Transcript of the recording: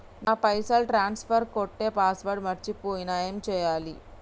నా పైసల్ ట్రాన్స్ఫర్ కొట్టే పాస్వర్డ్ మర్చిపోయిన ఏం చేయాలి?